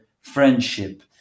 friendship